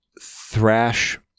thrash